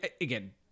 again